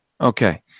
Okay